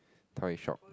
toy shop